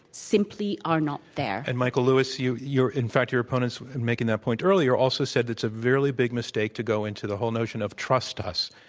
simply are not there. and michael lewis, you you're in fact your opponents, in making that point earlier, also said that's a very big mistake to go into the whole notion of trust us.